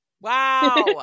wow